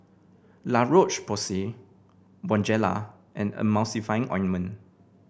La Roche Porsay Bonjela and Emulsying Ointment